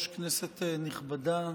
כנסת נכבדה,